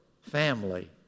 family